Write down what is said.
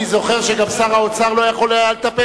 אני זוכר שגם שר האוצר לא היה יכול להתאפק,